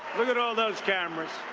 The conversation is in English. look at all of those cameras.